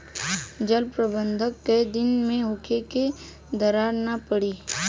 जल प्रबंधन केय दिन में होखे कि दरार न पड़ी?